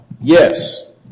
Yes